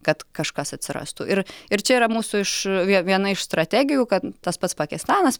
kad kažkas atsirastų ir ir čia yra mūsų iš vie viena iš strategijų kad tas pats pakistanas